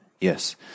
Yes